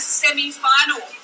semi-final